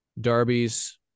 Darby's